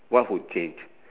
what would change